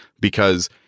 because-